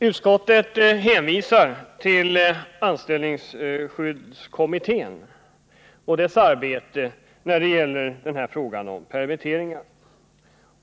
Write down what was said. Utskottet hänvisar till anställningsskyddskommittén och dess arbete när det gäller frågan om permitteringar.